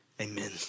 Amen